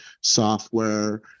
software